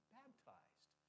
baptized